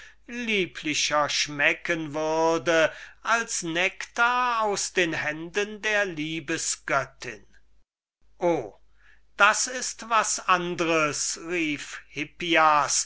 lieblicher schmecken würde als nektar aus den händen der liebesgöttin o das ist was anders rief